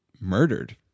murdered